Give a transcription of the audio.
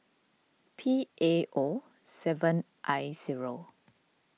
P A O seven I zero